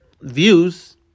views